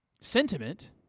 sentiment